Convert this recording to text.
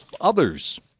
others